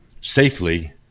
safely